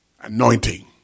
anointing